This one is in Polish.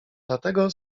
dlatego